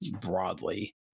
broadly